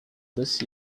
this